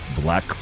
Black